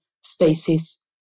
spaces